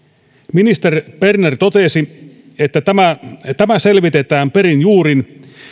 ministeri berner totesi että tämä tämä selvitetään perin juurin